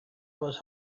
was